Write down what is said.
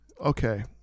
Okay